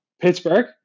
Pittsburgh